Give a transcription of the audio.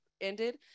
ended